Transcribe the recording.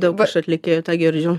daug iš atlikėjų tą girdžiu